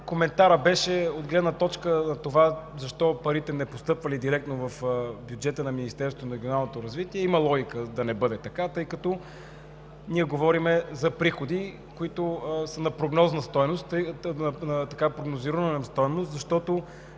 коментарът беше от гледна точка на това защо парите не постъпвали директно в бюджета на Министерството на регионалното развитие и благоустройството? Има логика да не бъде така, тъй като ние говорим за приходи, които са на прогнозируема стойност, защото